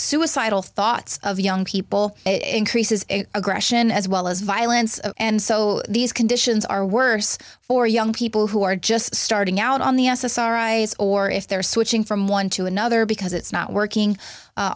suicidal thoughts of young people in creases aggression as well as violence and so these conditions are worse for young people who are just starting out on the s s r i or if they're switching from one to another because it's not working